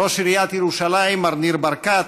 ראש עיריית ירושלים מר ניר ברקת,